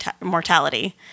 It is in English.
mortality